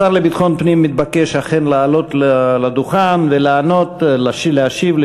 השר לביטחון פנים אכן מתבקש לעלות לדוכן ולהשיב על